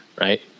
right